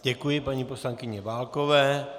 Děkuji paní poslankyni Válkové.